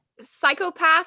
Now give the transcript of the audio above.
Psychopath